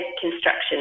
construction